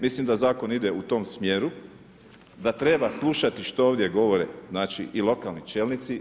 Mislim da zakon ide u tom smjeru, da treba slušati što ovdje govore, znači i lokalni čelnici.